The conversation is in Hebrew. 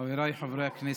חבריי חברי הכנסת,